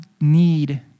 need